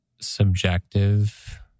subjective